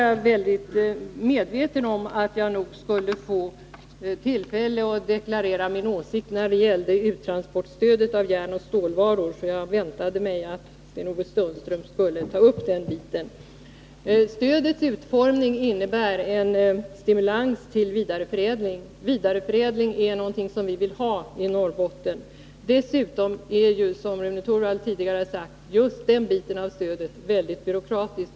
Jag var väl medveten om att jag skulle få tillfälle att deklarera min åsikt när det gäller uttransportstödet för järnoch stålvarorna, eftersom jag väntade mig att Sten-Ove Sundström skulle ta upp den frågan. Stödets utformning innebär en stimulans till vidareförädling, och det är någonting som vi vill ha i Norrbotten. Dessutom är, som Rune Torwald tidigare har sagt, just den delen av stödet väldigt byråkratisk.